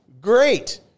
Great